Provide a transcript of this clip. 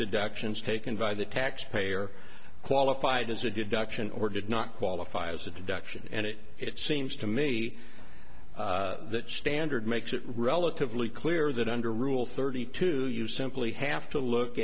deductions taken by the taxpayer qualified as a deduction or did not qualify as a deduction and it it seems to me that standard makes it relatively clear that under rule thirty two you simply have to look